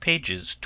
Pages